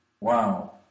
Wow